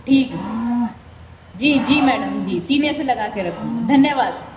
ठीक जी जी मैडम जी सीने से लगा के रखूँगा धन्यवाद